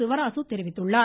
சிவராசு தெரிவித்துள்ளார்